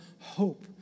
hope